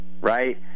Right